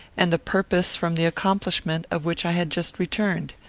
and the purpose from the accomplishment of which i had just returned.